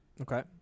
Okay